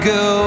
go